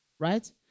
Right